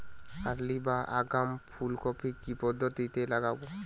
Early বা আগাম ফুল কপি কি পদ্ধতিতে লাগাবো?